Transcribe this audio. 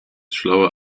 schlauer